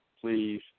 please